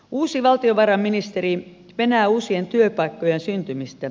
uusi valtiovarainministeri penää uusien työpaikkojen syntymistä